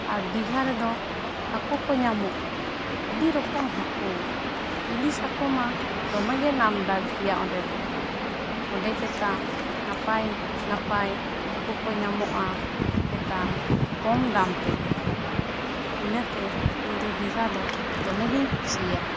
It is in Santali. ᱟᱨ ᱫᱤᱜᱷᱟ ᱨᱮᱫᱚ ᱦᱟᱹᱠᱩ ᱠᱚ ᱧᱟᱢᱚᱜ ᱟ ᱟᱹᱰᱤ ᱨᱚᱠᱚᱢ ᱦᱟᱹᱠᱩ ᱤᱞᱤᱥ ᱦᱟᱹᱠᱩᱢᱟ ᱫᱚᱢᱮ ᱜᱮ ᱱᱟᱢᱰᱟᱠ ᱜᱮᱭᱟ ᱚᱸᱰᱮ ᱫᱚ ᱚᱸᱰᱮ ᱪᱮᱛᱟ ᱱᱟᱯᱟᱭ ᱱᱟᱯᱟᱭ ᱦᱟᱹᱠᱩ ᱠᱚ ᱧᱟᱢᱚᱜ ᱟ ᱪᱮᱛᱟ ᱠᱚᱢ ᱫᱟᱢ ᱛᱮᱜᱮ ᱤᱱᱟᱹ ᱛᱮ ᱤᱧ ᱫᱚ ᱫᱤᱜᱷᱟ ᱫᱚ ᱫᱚᱢᱮ ᱜᱤᱧ ᱠᱩᱥᱤᱭᱟᱜ ᱟ